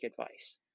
advice